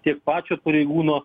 tiek pačio pareigūno